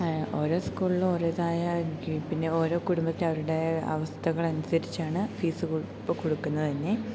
ഓരോ സ്കൂളിലും ഓരേതായായിരിക്കും പിന്നെ ഓരോ കുടുംബത്തിൽ അവരുടെ അവസ്ഥകളനുസരിച്ചാണ് ഫീസ് കൊ ഇപ്പം കൊടുക്കുന്നതു തന്നെ